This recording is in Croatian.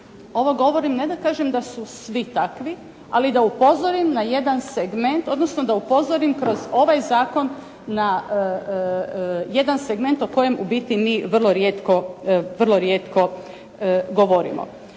Ovo govorim ne da kažem da su svi takvi ali da upozorim na jedan segment, odnosno da upozorim kroz ovaj zakon na jedan segment o kojem u biti mi vrlo rijetko govorimo.